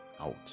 out